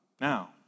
Now